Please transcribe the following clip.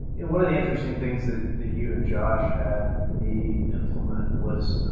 you know, one of the interesting things that that you and josh had me implement was,